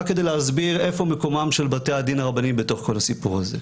רק כדי להסביר איפה מקומם של בתי הדין הרבניים בתוך כל הסיפור הזה.